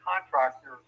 contractors